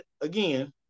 again